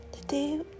today